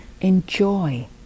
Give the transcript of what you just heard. enjoy